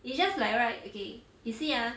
你 just like right okay you see ah